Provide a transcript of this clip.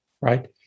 Right